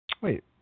wait